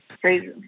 Crazy